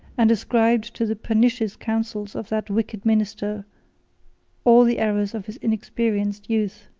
and ascribed to the pernicious counsels of that wicked minister all the errors of his inexperienced youth.